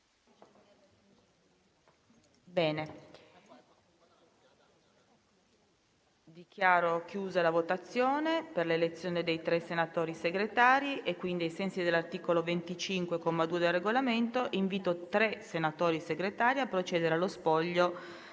Dichiaro chiusa la votazione per l'elezione di senatori Segretari. Ai sensi dell'articolo 25, comma 2, del Regolamento, invito tre senatori Segretari a procedere allo spoglio